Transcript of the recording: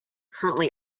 currently